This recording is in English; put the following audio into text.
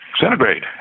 centigrade